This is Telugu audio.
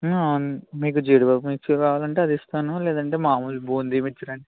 మీకు జీడిపప్పు మిక్చర్ కావాలంటే అది ఇస్తాను లేదంటే మాములు బూందీ మిక్చర్ అం